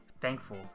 thankful